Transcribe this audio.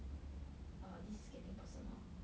err this is getting personal